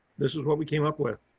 this is what we came up with.